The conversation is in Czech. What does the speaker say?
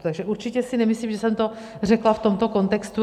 Takže určitě si nemyslím, že jsem to řekla v tomto kontextu.